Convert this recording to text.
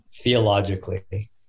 theologically